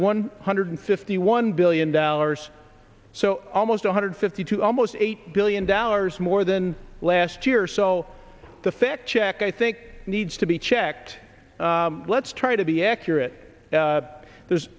one hundred fifty one billion dollars so almost one hundred fifty two almost eight billion dollars more than last year so the fact check i think needs to be checked let's try to be accurate there's